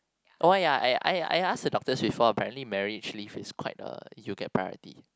oh ya I I I ask the doctors before apparently marriage leave is quite a you'll get priority